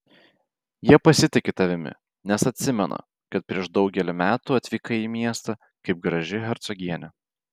jie pasitiki tavimi nes atsimena kad prieš daugelį metų atvykai į miestą kaip graži hercogienė